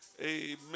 Amen